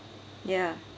ya